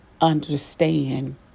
understand